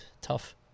Tough